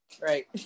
Right